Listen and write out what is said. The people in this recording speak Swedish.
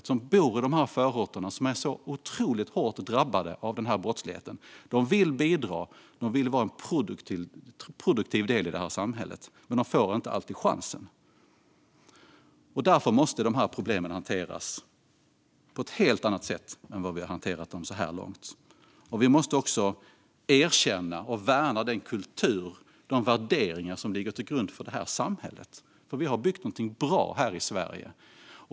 Det handlar om människor som bor i de förorter som jag nämnde tidigare, som är otroligt hårt drabbade av denna brottslighet. De vill bidra och vara en produktiv del av samhället, men de får inte alltid chansen. Därför måste dessa problem hanteras på ett helt annat sätt än vad vi har hanterat dem på så här långt. Vi måste erkänna och värna den kultur och de värderingar som ligger till grund för detta samhälle. Vi har byggt någonting bra här i Sverige.